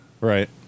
Right